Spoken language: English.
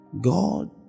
God